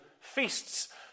feasts